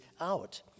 out